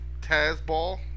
Tazball